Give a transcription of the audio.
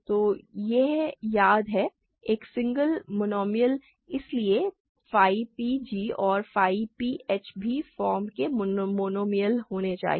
तो यह याद है एक सिंगल मोनोमियल इसलिए phi p g और phi p h भी फॉर्म के मोनोमियल होना चाहिए